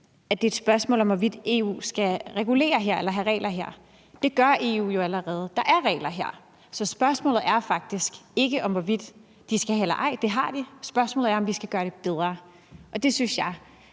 at det er et spørgsmål om, hvorvidt EU skal regulere her eller lave regler her. Det gør EU jo allerede. Der er regler her. Så spørgsmålet er faktisk ikke om, hvorvidt de skal have det eller ej – det har de – men spørgsmålet er, om vi skal gøre det bedre. Det synes jeg.